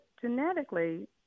genetically